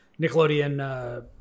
Nickelodeon